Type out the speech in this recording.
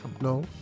no